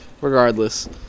regardless